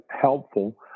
helpful